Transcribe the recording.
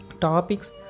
topics